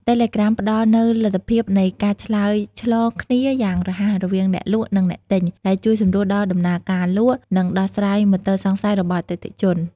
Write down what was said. តេឡេក្រាមផ្តល់នូវលទ្ធភាពនៃការឆ្លើយឆ្លងគ្នាយ៉ាងរហ័សរវាងអ្នកលក់ និងអ្នកទិញ ដែលជួយសម្រួលដល់ដំណើរការលក់ និងដោះស្រាយមន្ទិលសង្ស័យរបស់អតិថិជន។